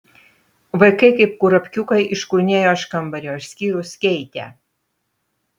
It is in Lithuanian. vaikai kaip kurapkiukai iškurnėjo iš kambario išskyrus keitę